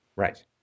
Right